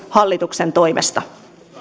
hallituksen toimesta